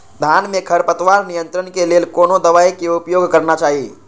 धान में खरपतवार नियंत्रण के लेल कोनो दवाई के उपयोग करना चाही?